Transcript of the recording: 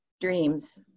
Dreams